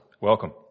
welcome